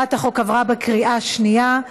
הצעת החוק עברה בקריאה השנייה.